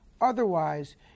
otherwise